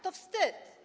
To wstyd.